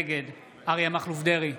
נגד אריה מכלוף דרעי,